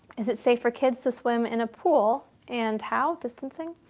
is it safe for kids to swim in a pool and how? distancing?